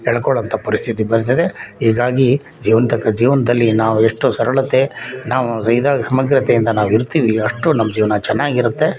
ಹೇಳ್ಕೊಳ್ಳುವಂಥ ಪರಿಸ್ಥಿತಿ ಬರ್ತಿದೆ ಹೀಗಾಗಿ ಜೀವಂತಕ್ಕೆ ಜೀವನದಲ್ಲಿ ನಾವು ಎಷ್ಟು ಸರಳತೆ ನಾವು ಇದು ಸಮಗ್ರತೆಯಿಂದ ನಾವು ಇರ್ತೀವಿ ಅಷ್ಟು ನಮ್ಮ ಜೀವನ ಚೆನ್ನಾಗಿರುತ್ತೆ